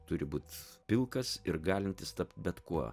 turi būt pilkas ir galintis tapt bet kuo